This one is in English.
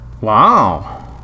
Wow